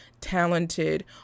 talented